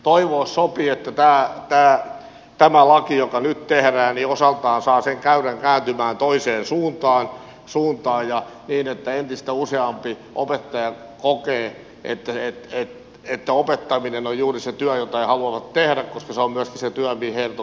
toivoa sopii että tämä laki joka nyt tehdään osaltaan saa sen käyrän kääntymään toiseen suuntaan ja niin että entistä useampi opettaja kokee että opettaminen on juuri se työ jota he haluavat tehdä koska se on myöskin se työ mihin heidät on koulutettu